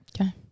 Okay